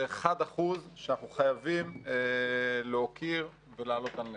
זה אחוז אחד שאנחנו חייבים להוקיר ולהעלות על נס.